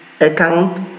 account